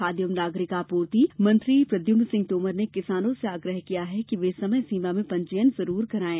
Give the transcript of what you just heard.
खाद्य एवं नागरिक आपूर्ति मंत्री प्रद्यम्न सिंह तोमर ने किसानों से आग्रह किया है कि वे समय सीमा में पंजीयन जरूर करायें